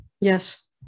Yes